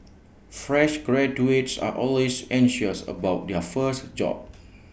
fresh graduates are always anxious about their first job